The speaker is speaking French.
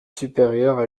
supérieures